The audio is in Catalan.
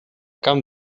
camp